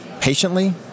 patiently